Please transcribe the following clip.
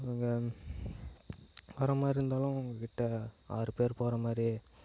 அவங்க வரமாதிரி இருந்தாலும் உங்கக்கிட்ட ஆறு பேர் போகிற மாதிரி